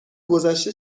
گذشته